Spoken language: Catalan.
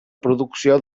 producció